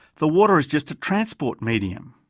the water is just a transport medium.